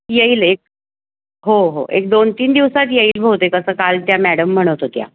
येईल एक हो हो एक दोन तीन दिवसात येईल बहुतेक असं काल त्या मॅडम म्हणत होत्या